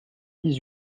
dix